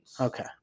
Okay